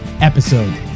episode